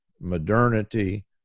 modernity